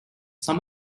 some